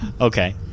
okay